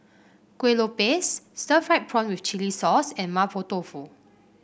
Kueh Lopes Stir Fried Prawn with Chili Sauce and Mapo Tofu